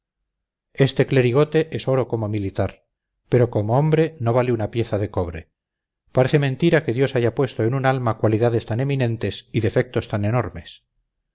este clerigote es oro como militar pero como hombre no vale una pieza de cobre parece mentira que dios haya puesto en un alma cualidades tan eminentes y defectos tan enormes